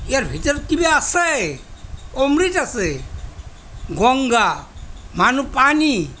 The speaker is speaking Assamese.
ইয়াৰ ভিতৰত কিবা আছে অমৃত আছে গংগা মানে পানী